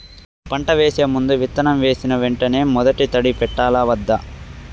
పంట వేసే ముందు, విత్తనం వేసిన వెంటనే మొదటి తడి పెట్టాలా వద్దా?